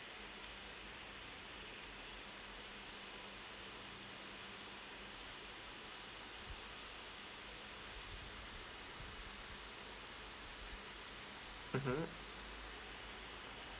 mmhmm